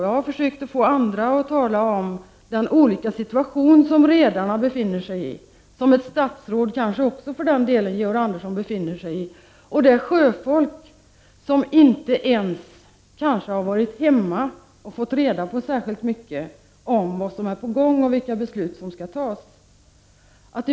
Jag har försökt få andra att tala om den annorlunda situation som redarna befinner sig i — och som kanske för den delen också statsrådet Georg Andersson befinner sig i — jämfört med den situation som det sjöfolk befinner sig i som kanske inte ens varit hemma och fått reda på vad som är på gång och vilka beslut som kommer att fattas.